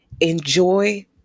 enjoy